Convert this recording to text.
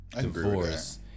divorce